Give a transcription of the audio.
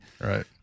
Right